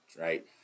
right